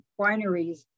wineries